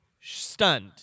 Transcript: stunned